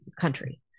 country